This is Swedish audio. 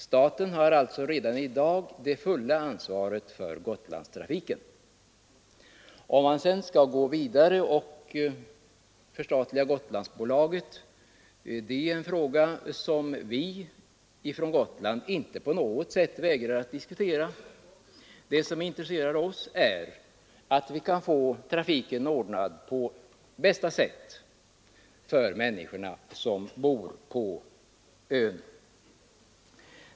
; Staten har alltså redan i dag det fulla ansvaret för Gotlandstrafiken. Om man sedan skall gå vidare och förstatliga Gotlandsbolaget är en öppen fråga som vi från Gotland inte på något sätt vägrar att diskutera. Det som intresserar oss är att vi kan få trafiken ordnad på bästa sätt för Nr 66 människorna som bor på ön.